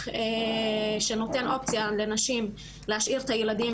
שנותן אופציה לנשים להשאיר את הילדים